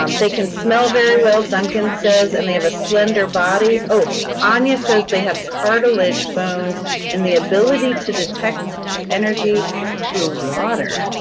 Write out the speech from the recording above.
um they can smell very well, dunkin says and they have a slender body. anya says they have cartilage bones and the ability to detect energy through water.